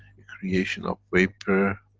the creation of vapor,